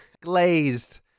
Glazed